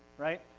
right?